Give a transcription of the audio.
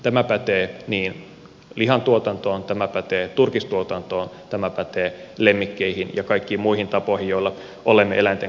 tämä pätee lihantuotantoon tämä pätee turkistuotantoon tämä pätee lemmikkeihin ja kaikkiin muihin tapoihin joilla olemme eläinten kanssa tekemisissä